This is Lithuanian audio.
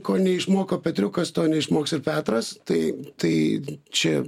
ko neišmoko petriukas to neišmoks ir petras tai tai čia